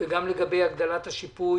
וגם לגבי הגדלת השיפוי